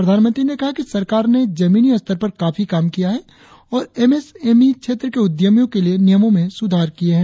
प्रधानमंत्री ने कहा कि सरकार ने जमीनी स्तर पर काफी काम किया है और एम एस एम ई क्षेत्र के उद्यमियों के लिए नियमों में सुधार किए है